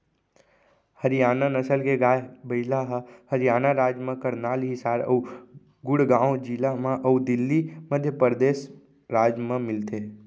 हरियाना नसल के गाय, बइला ह हरियाना राज म करनाल, हिसार अउ गुड़गॉँव जिला म अउ दिल्ली, मध्य परदेस राज म मिलथे